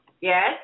Yes